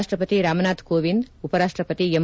ರಾಷ್ಟ್ ಪತಿ ರಾಮನಾಥ್ ಕೋವಿಂದ್ ಉಪರಾಷ್ಟ್ ಪತಿ ಎಂ